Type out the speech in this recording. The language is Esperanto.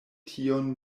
tion